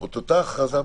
אתה אותה הכרזה מלאה.